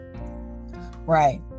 right